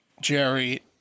Jerry